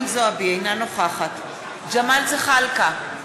אינה נוכחת ג'מאל זחאלקה,